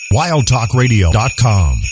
wildtalkradio.com